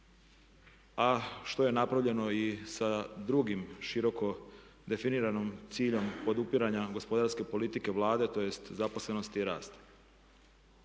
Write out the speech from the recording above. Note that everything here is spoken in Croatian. a što je napravljeno i sa drugim široko definiranim ciljem podupiranja gospodarske politike Vlade tj. zaposlenosti i rasta.